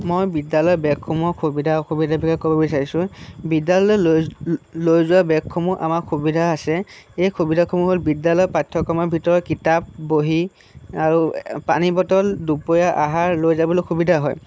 মই বিদ্যালয়ৰ বেগসমূহৰ সুবিধা অসুবিধাটোহে ক'ব বিচাৰিছোঁ বিদ্যালয়লৈ লৈ যোৱা বেগসমূহৰ আমাৰ সুবিধা আছে এই সুবিধাসমূহ হ'ল বিদ্যালয়ৰ পাঠ্যক্ৰমৰ ভিতৰত কিতাপ বহী আৰু পানী বটল দুপৰীয়াৰ আহাৰ লৈ যাবলৈ সুবিধা হয়